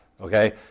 Okay